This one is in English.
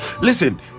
listen